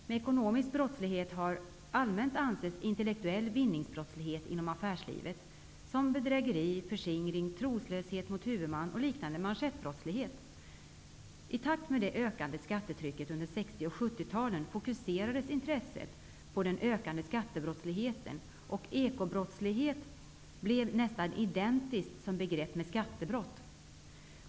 Med ekonomisk brottslighet har det allmänt menats intellektuell vinningsbrottslighet inom affärslivet, exempelvis bedrägeri, förskingring, trolöshet mot huvudman och liknande manschettbrottslighet. bI takt med det ökande skattetrycket under 60 och 70-talen fokuserades intresset på den ökande skattebrottsligheten, och ekobrottslighet blev nästan identiskt som begrepp med skattebrott.